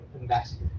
ambassador